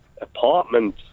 apartment